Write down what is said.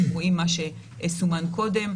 אתם רואים מה שסומן קודם.